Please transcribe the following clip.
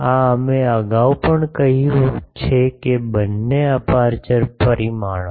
આ અમે અગાઉ પણ કહ્યું છે કે બંને અપેરચ્યોરપરિમાણો